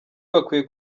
bakwiye